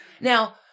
Now